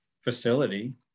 facility